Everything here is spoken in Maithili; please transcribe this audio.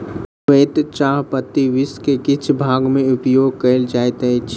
श्वेत चाह पत्ती विश्व के किछ भाग में उपयोग कयल जाइत अछि